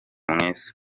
mwiza